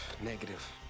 Negative